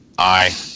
Aye